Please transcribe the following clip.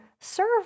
serve